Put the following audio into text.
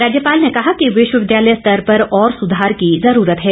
राज्यपाल ने कहा कि विश्वविद्यालय स्तर पर और सुधार की जरूरत है